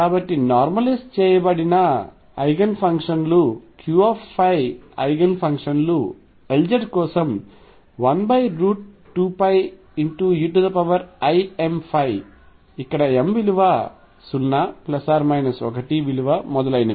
కాబట్టి నార్మలైజ్ చేయబడిన ఐగెన్ ఫంక్షన్లు Q ϕ ఐగెన్ ఫంక్షన్లు Lz కోసం 12πeimϕ ఇక్కడ m 0 1 విలువ మొదలైనవి